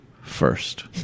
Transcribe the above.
first